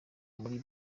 muri